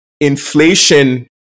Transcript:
inflation